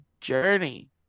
journey